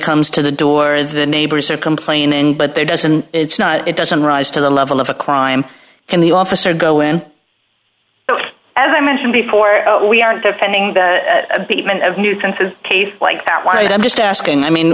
comes to the door the neighbors are complaining but there doesn't it's not it doesn't rise to the level of a crime in the office or go in as i mentioned before we aren't defending the basement of nuisances cave like that one did i'm just asking i mean